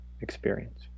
experience